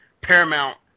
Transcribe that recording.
Paramount